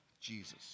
jesus